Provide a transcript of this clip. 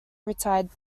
retired